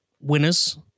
winners